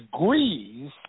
degrees